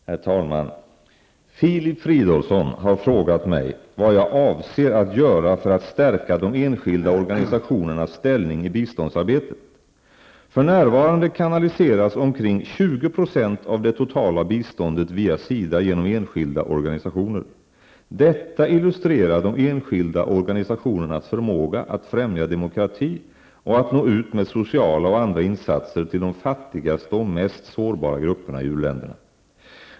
Herr talman! Filip Fridolfsson har frågat mig vad jag avser att göra för att stärka de enskilda organisationernas ställning i biståndsarbetet. För närvarande kanaliseras omkring 20 % av det totala biståndet via SIDA genom enskilda organisationer. Detta illustrerar de enskilda organisationernas förmåga att främja demokrati och att nå ut med sociala och andra insatser till de fattigaste och mest sårbara grupperna i u-länderna.